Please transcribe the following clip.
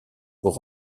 pour